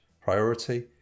priority